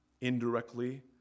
indirectly